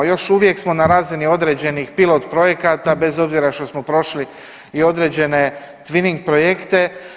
Još uvijek smo na razini određenih pilot projekata bez obzira što smo prošli i određene tvining projekte.